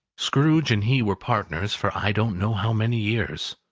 scrooge and he were partners for i don't know how many years.